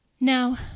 now